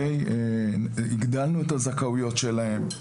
הגדלנו את הזכאויות שלהם.